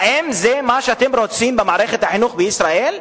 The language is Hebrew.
האם זה מה שאתם רוצים במערכת החינוך בישראל?